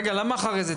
למה אחרי זה?